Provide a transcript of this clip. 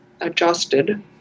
adjusted